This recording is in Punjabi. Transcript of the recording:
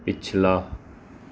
ਪਿਛਲਾ